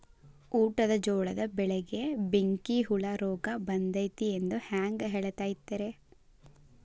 ಊಟದ ಜೋಳದ ಬೆಳೆಗೆ ಬೆಂಕಿ ಹುಳ ರೋಗ ಬಂದೈತಿ ಎಂದು ಹ್ಯಾಂಗ ತಿಳಿತೈತರೇ?